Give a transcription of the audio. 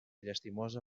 llastimosa